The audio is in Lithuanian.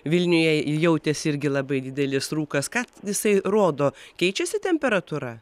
vilniuje jautėsi irgi labai didelis rūkas ką jisai rodo keičiasi temperatūra